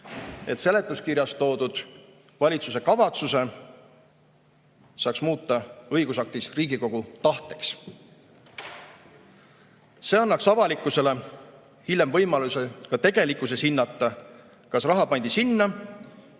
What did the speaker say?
et seletuskirjas toodud valitsuse kavatsuse saaks muuta õigusaktis Riigikogu tahteks. See annaks avalikkusele hiljem võimaluse ka tegelikkuses hinnata, kas raha pandi sinna,